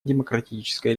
демократической